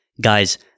Guys